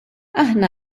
aħna